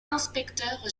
inspecteur